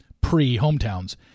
pre-hometowns